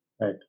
Right